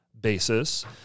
basis